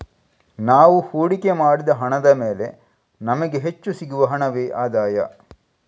ನಾವು ಹೂಡಿಕೆ ಮಾಡಿದ ಹಣದ ಮೇಲೆ ನಮಿಗೆ ಹೆಚ್ಚು ಸಿಗುವ ಹಣವೇ ಆದಾಯ